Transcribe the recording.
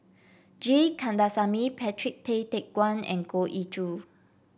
G Kandasamy Patrick Tay Teck Guan and Goh Ee Choo